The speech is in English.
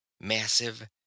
massive